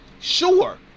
Sure